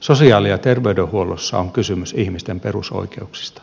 sosiaali ja terveydenhuollossa on kysymys ihmisten perusoikeuksista